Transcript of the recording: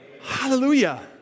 Hallelujah